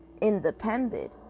independent